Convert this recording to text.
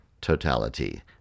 totality